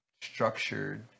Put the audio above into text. structured